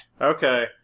Okay